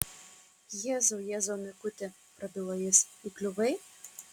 jėzau jėzau mikuti prabilo jis įkliuvai